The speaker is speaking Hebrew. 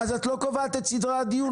את לא קובעת את סדרי הדיון פה.